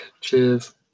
cheers